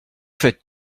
faites